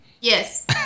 Yes